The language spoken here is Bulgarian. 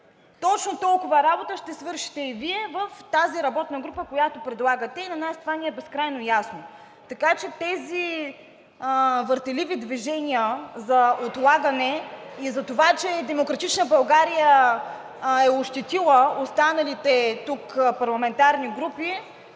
Точно толкова работа ще свършите и Вие в тази работна група, която предлагате, и на нас това ни е безкрайно ясно. Така че тези въртеливи движения за отлагане и за това, че „Демократична България“ е ощетила останалите тук парламентарни групи,